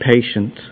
patient